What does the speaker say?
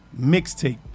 mixtape